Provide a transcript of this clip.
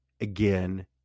again